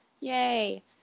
Yay